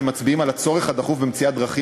ומצביעים על הצורך הדחוף במציאת דרכים